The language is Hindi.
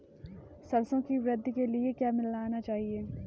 सरसों की वृद्धि के लिए क्या मिलाना चाहिए?